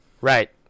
Right